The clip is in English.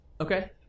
Okay